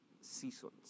seasons